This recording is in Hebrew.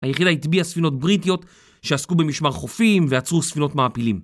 היחידה הטביע ספינות בריטיות שעסקו במשמר חופים, ועצרו ספינות מעפילים